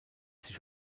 sich